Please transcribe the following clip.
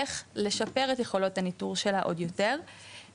איך לשפר את יכולות הניטור שלה עוד יותר והארגונים,